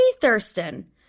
Thurston